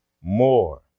more